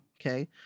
okay